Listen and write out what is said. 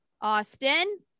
Austin